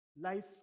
life